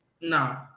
No